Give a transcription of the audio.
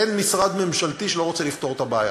אין משרד ממשלתי שלא רוצה לפתור את הבעיה.